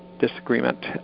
disagreement